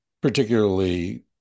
particularly